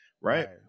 Right